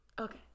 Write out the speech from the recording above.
Okay